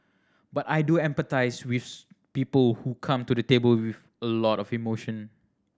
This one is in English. but I do empathise with people who come to the table with a lot of emotion